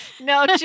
no